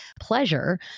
pleasure